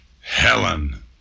Helen